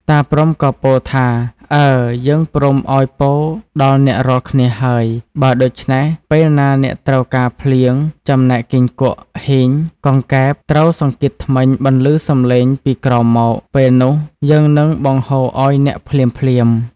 តាព្រហ្មក៏ពោលថា “អើ! យើងព្រមឱ្យពរដល់អ្នករាល់គ្នាហើយ បើដូច្នេះពេលណាអ្នកត្រូវការភ្លៀង ចំណែកគីង្គក់ហ៊ីង កង្កែបត្រូវសង្កៀតធ្មេញ បន្លឺ សំឡេងពីក្រោមមក ពេលនោះ យើងនឹងបង្គួរឱ្យអ្នកភ្លាមៗ” ។